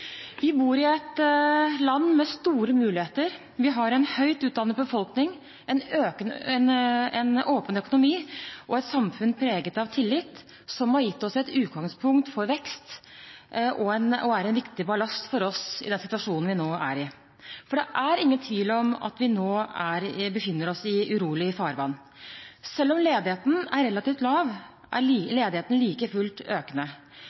Vi bor i et land med store muligheter. Vi har en høyt utdannet befolkning, en åpen økonomi og et samfunn preget av tillit, noe som har gitt oss et utgangspunkt for vekst og er en viktig ballast for oss i den situasjonen vi nå er i – for det er ingen tvil om at vi nå befinner oss i urolig farvann. Selv om ledigheten er relativt lav, er den like fullt økende